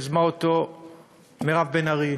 שיזמה מירב בן ארי,